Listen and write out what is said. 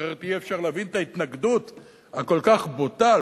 אחרת אי-אפשר להבין את ההתנגדות הכל-כך בוטה,